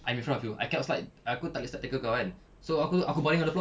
I'm in front of you I cannot slide aku tak boleh slide tackle kau kan so aku baring on the floor ah